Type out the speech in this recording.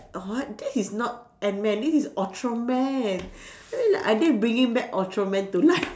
a what that is not ant man this is ultraman are they bringing back ultraman to life